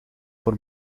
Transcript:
voor